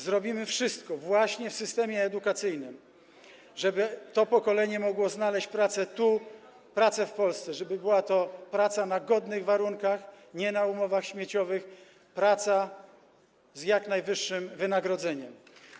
Zrobimy wszystko właśnie w systemie edukacyjnym, żeby to pokolenie mogło znaleźć pracę tu, w Polsce, żeby była to praca na godnych warunkach, nie na umowach śmieciowych, praca z jak najwyższym wynagrodzeniem.